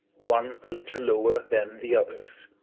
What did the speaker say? one a little lower than the others